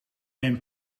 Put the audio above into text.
een